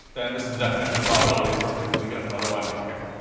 then this is the definition of probability, it's perfectly good, otherwise you can't.